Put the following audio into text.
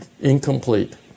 incomplete